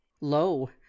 lo